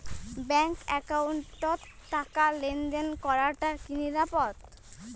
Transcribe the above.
Bank একাউন্টত টাকা লেনদেন করাটা কি নিরাপদ?